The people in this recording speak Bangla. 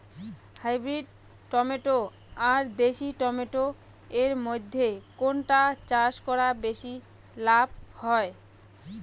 হাইব্রিড টমেটো আর দেশি টমেটো এর মইধ্যে কোনটা চাষ করা বেশি লাভ হয়?